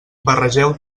barregeu